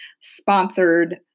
sponsored